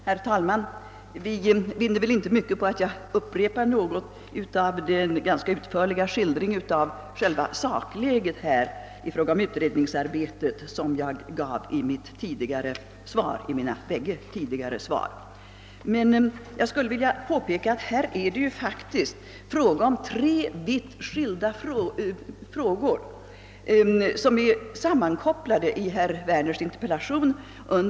Herr talman! Vi vinner väl inte mycket på att jag upprepar något av den ganska utförliga skildring av själva sakläget i fråga om utredningsarbetet som jag gav i mina båda tidigare svar. Jag skulle emellertid vilja stryka under att tre vitt skilda frågor är sammankopplade under en och samma beteckning i herr Werners interpellation.